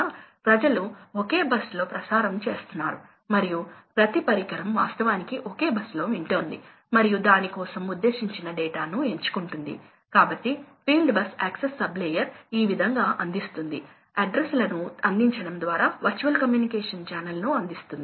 కాబట్టి ఇది N1 ఇది N2 మరియు ఇది N3 అని అనుకుందాం మరియు N1 N2 కన్నా ఎక్కువ N2 N3 కంటే ఎక్కువ కాబట్టి ఇప్పుడు ఏమి జరుగుతుంది అంటే ఇప్పుడు ఆపరేటింగ్ పాయింట్ దీని వెంట మారుతుంది